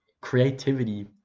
Creativity